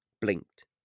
blinked